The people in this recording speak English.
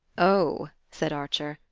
oh, said archer,